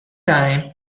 time